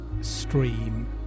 Stream